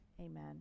Amen